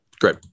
Great